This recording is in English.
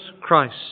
Christ